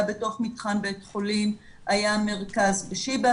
בתוך מתחם בית חולים היה המרכז בשיבא.